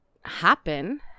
happen